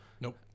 Nope